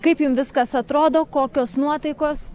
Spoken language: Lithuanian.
kaip jum viskas atrodo kokios nuotaikos